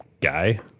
guy